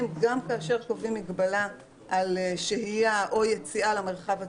שגם כאשר קובעים מגבלה על שהייה או יציאה למרחב הציבורי,